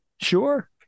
sure